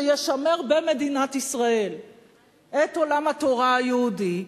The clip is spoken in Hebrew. שישמר במדינת ישראל את עולם התורה היהודי,